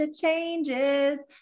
changes